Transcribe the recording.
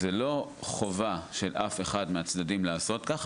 זו לא חובה של אף אחד מהצדדים לעשות כך,